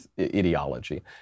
ideology